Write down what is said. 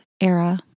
era